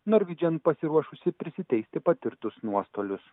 norvidžian pasiruošusi prisiteisti patirtus nuostolius